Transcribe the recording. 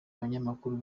abanyamakuru